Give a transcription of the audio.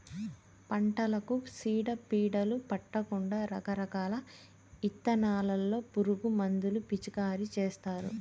పంటలకు సీడ పీడలు పట్టకుండా రకరకాల ఇథానాల్లో పురుగు మందులు పిచికారీ చేస్తారు